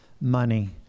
money